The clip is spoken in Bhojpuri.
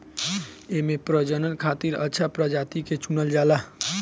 एमे प्रजनन खातिर अच्छा प्रजाति के चुनल जाला